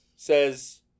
Says